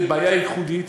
זו בעיה ייחודית,